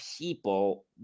people